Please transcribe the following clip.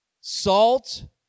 Salt